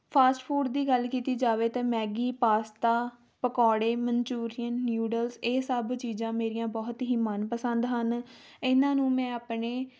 fast food ਦੀ ਗੱਲ ਕੀਤੀ ਜਾਵੇ ਅਤੇ ਮੈਗੀ ਪਾਸਤਾ ਪਕੌੜੇ ਮਨਚੂਰੀਅਨ ਨਿਊਡਲਸ ਇਹ ਸਭ ਚੀਜ਼ਾਂ ਮੇਰੀਆਂ ਬਹੁਤ ਹੀ ਮਨਪਸੰਦ ਹਨ ਇਹਨਾਂ ਨੂੰ ਮੈਂ ਆਪਣੇ